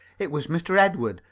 it was master edward,